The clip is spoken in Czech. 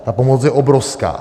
Ta pomoc je obrovská.